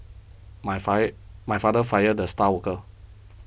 my fired my father fired the star worker